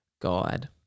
guide